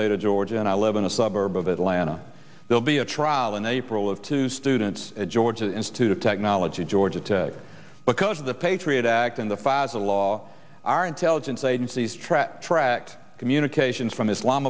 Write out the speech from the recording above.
state of georgia and i live in a suburb of atlanta will be a trial in april of two students at georgia institute of technology georgia tech because of the patriot act in the fazil law our intelligence agencies track tracked communications from islam